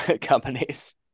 companies